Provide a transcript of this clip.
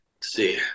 see